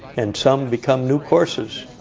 and some become new courses.